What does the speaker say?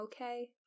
okay